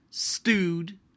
Stewed